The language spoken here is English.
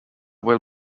will